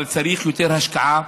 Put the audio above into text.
אבל צריך יותר השקעה.